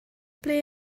ble